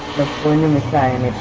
referendum the thirty